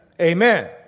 Amen